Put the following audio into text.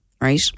right